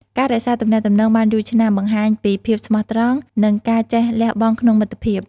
ការរក្សាទំនាក់ទំនងបានយូរឆ្នាំ បង្ហាញពីភាពស្មោះត្រង់ និងការចេះលះបង់ក្នុងមិត្តភាព។